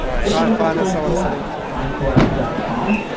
take a look at findcollabs, findcollabs dot com,